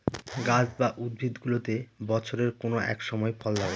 গাছ বা উদ্ভিদগুলোতে বছরের কোনো এক সময় ফল ধরে